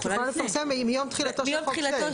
את יכולה לפרסם מיום תחילתו של חוק זה.